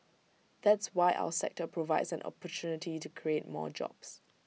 that's why our sector provides an opportunity to create more jobs